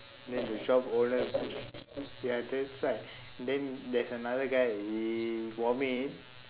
then the shop owner's ya that's right then there is another guy he vomit